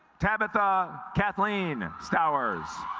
tabitha kathleen stowers